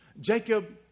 Jacob